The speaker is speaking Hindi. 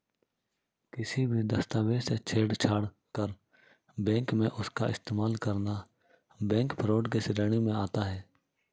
किसी भी दस्तावेज से छेड़छाड़ कर बैंक में उसका इस्तेमाल करना बैंक फ्रॉड की श्रेणी में आता है